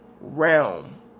realm